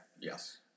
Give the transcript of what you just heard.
Yes